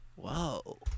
Whoa